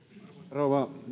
rouva